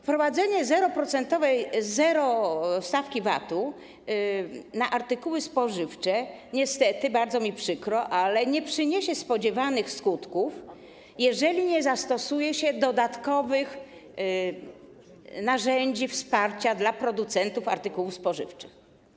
Wprowadzenie zerowej stawki VAT na artykuły spożywcze niestety, bardzo mi przykro, nie przyniesie spodziewanych skutków, jeżeli nie zastosuje się dodatkowych narzędzi wsparcia producentów artykułów spożywczych.